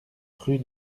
rue